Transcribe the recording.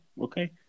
okay